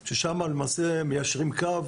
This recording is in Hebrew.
ששם, למעשה, מיישרים קו